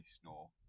snore